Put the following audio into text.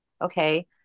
Okay